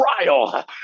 trial